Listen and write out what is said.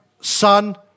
Son